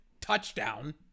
touchdown